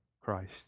Christ